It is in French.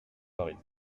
paris